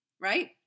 right